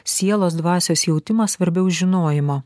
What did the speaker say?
sielos dvasios jautimas svarbiau už žinojimą